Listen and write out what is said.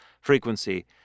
frequency